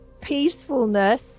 peacefulness